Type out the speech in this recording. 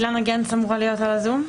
אילנה גנס אמורה להיות ב-זום.